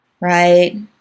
Right